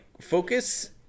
focus